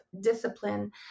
discipline